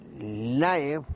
life